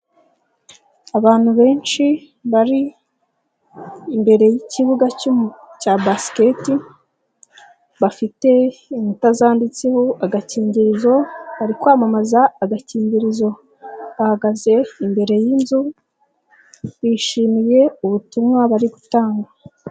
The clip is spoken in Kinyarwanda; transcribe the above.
Abantu benshi bari imbere y'ikibuga cy'umu cya basiketi bafite inkuta zanditseho agakingirizo bari kwamamaza agakingirizo, bahagaze imbere yinzu bishimiye ubutumwa bari gutanga.